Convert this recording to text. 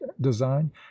design